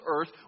earth